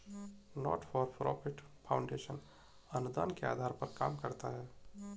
not for profit foundation अनुदान के आधार पर काम करता है